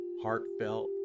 heartfelt